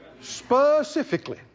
specifically